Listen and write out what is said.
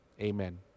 Amen